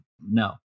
no